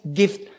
gift